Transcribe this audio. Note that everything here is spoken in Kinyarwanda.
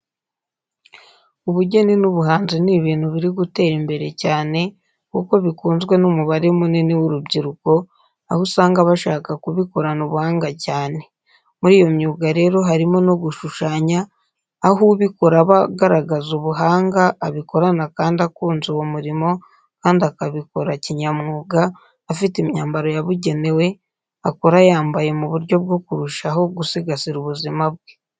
Ubugeni n'ubuhanzi ni ibintu biri gutera imbere cyane kuko bikunzwe n'umubare munini w'urubyiruko, aho usanga bashaka kubikorana ubuhanga cyane. Muri iyo myuga rero harimo no gushushanya aho ubikora aba agaragaza ubuhanga abikorana kandi akunze uwo murimo kandi akabikora kinyamwuga, afite imyambaro yabugenewe akora yambaye mu buryo bwo kurushaho gusigasira ubuzima bwe.